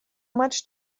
much